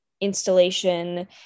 installation